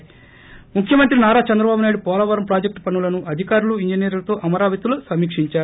ి స్టముఖ్యమంత్రి నారా చంద్రబాబునాయుడు పోలవరం ప్రాజెక్టు పనులను అధికారులు ఇంజనీర్లతో అమరావతిలో సమీక్షించారు